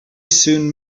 soon